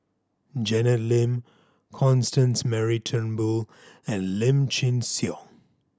Janet Lim Constance Mary Turnbull and Lim Chin Siong